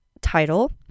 title